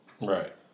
Right